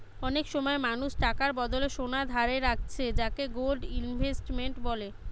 অনেক সময় মানুষ টাকার বদলে সোনা ধারে রাখছে যাকে গোল্ড ইনভেস্টমেন্ট বলে